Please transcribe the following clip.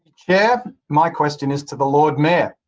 yeah my question is to the lord mayor.